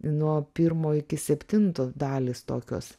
nuo pirmo iki septinto dalys tokios